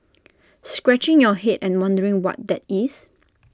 scratching your Head and wondering what that is